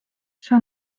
see